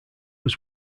was